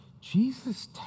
Jesus